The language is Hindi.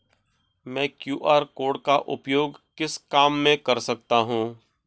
मैं क्यू.आर कोड का उपयोग किस काम में कर सकता हूं?